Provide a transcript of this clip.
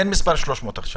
אין מספר 300 עכשיו.